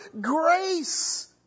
Grace